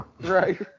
Right